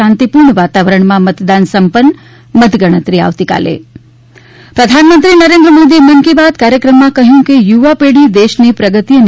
શાંતિ પૂર્ણ વાતાવરણમાં મતદાન સંપન્ન મતગણતરી આવતીકાલે પ્રધાનમંત્રી નરેન્દ્ર મોદીએ મન કી બાત કાર્યક્રમમાં કહ્યું કે યુવા પેઢી દેશની પ્રગતિ અને